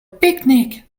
picnic